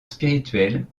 spirituel